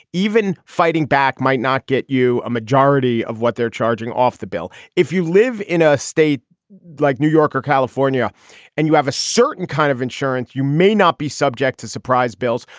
even fighting back might not get you a majority of what they're charging off the bill. if you live in a state like new york or california and you have a certain kind of insurance, you may not be subject to surprise bills.